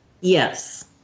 Yes